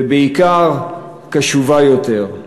ובעיקר קשובה יותר.